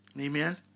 Amen